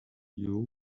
you